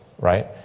right